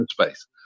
Space